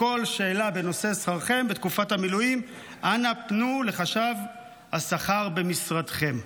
לכל שאלה בנושא שכרכם בתקופת המילואים אנא פנו לחשבי השכר במשרדכם".